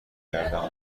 کردم